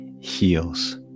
heals